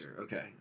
Okay